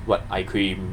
what eye cream